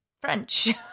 French